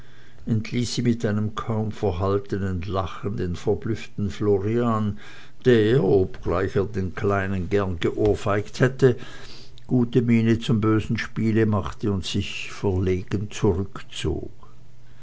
sie mit einem kaum verhaltenen lachen den verblüfften florian der obgleich er den kleinen gern geohrfeigt hätte gute miene zum bösen spiel machte und sich verlegen zurückzog